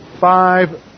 five